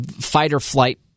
fight-or-flight